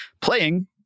playing